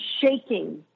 shaking